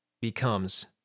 becomes